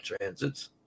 transits